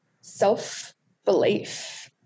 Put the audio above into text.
self-belief